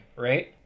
right